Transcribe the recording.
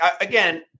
again